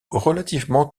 relativement